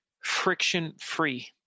Friction-free